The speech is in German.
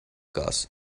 gas